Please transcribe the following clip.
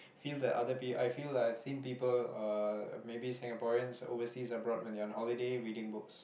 feel that other peo~ I feel I have seen people uh maybe Singaporeans overseas abroad when they are on holiday reading books